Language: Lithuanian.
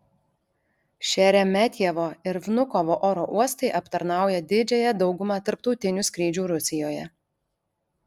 šeremetjevo ir vnukovo oro uostai aptarnaują didžiąją daugumą tarptautinių skrydžių rusijoje